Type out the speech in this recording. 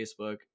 facebook